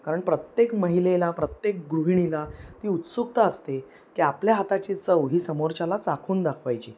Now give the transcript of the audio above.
कारण प्रत्येक महिलेला प्रत्येक गृहिणीला ती उत्सुकता असते की आपल्या हाताची चव ही समोरच्याला चाखून दाखवायची